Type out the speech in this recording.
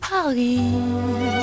Paris